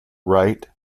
right